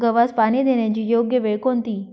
गव्हास पाणी देण्याची योग्य वेळ कोणती?